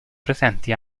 presenti